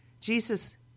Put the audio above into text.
Jesus